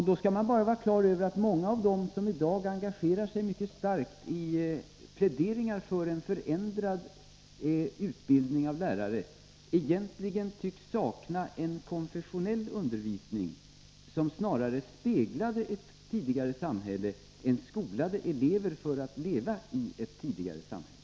Då skall vi vara på det klara med att många av dem som i dag mycket starkt engagerar sig i pläderingar för en förändrad utbildning av lärare egentligen tycks sakna en konfessionell undervisning, som snarare speglade ett tidigare samhälle än skolade elever för att leva i ett tidigare samhälle.